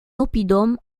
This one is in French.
oppidum